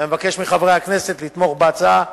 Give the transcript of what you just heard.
אני מבקש מחברי הכנסת לתמוך בהצעה.